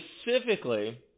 specifically